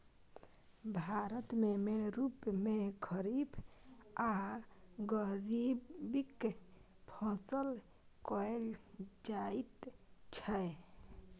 भारत मे मेन रुप मे खरीफ आ रबीक फसल कएल जाइत छै